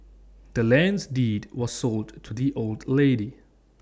the land's deed was sold to the old lady